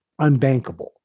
unbankable